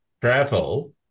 travel